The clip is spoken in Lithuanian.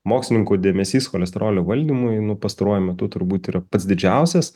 mokslininkų dėmesys cholesterolio valdymui nu pastaruoju metu turbūt yra pats didžiausias